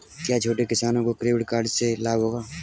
क्या छोटे किसानों को किसान क्रेडिट कार्ड से लाभ होगा?